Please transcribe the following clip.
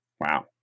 Wow